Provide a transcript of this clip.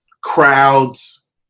crowds